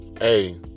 hey